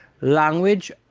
language